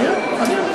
לעיני הציבור.